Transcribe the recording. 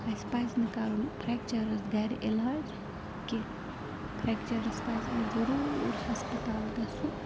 اَسہِ پَزِ نہٕ کَرُن فرٮ۪کچرَس گَرِ علاج کیٚنہہ فرٮ۪کچرَس پَزِ اسہِ ضُروٗر ہَسپَتال گَژھُن